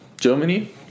Germany